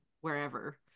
wherever